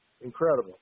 Incredible